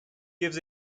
gives